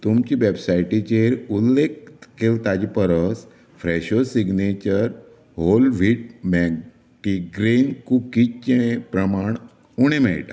तुमचे वेबसाइटीचेर उल्लेख केला ताचे परस Fresho signature whole wheat multigrain कुकीजचें प्रमाण उणें मेळ्ळां